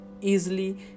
easily